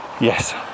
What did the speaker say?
Yes